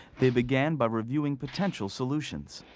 they began by reviewing potential solutions.